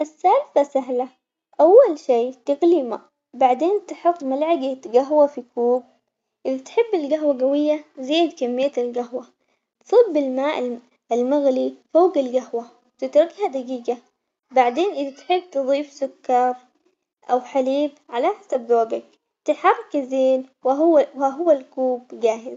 السالفة سهلة أول شي تغلي ماء بعدين تحط ملعقة قهوة في كوب إذا تحب القهوة قوية زيد كمية القهوة، صب الماء المغلي فوق القهوة تتركها دقيقة بعدين إذا تحب تضيف سكر أو حليب على حسب ذوقك، تحركه زين وهو وها هو الكوب جاهز.